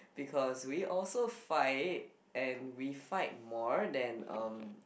because we also fight and we fight more than um